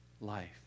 life